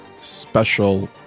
special